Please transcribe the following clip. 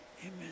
amen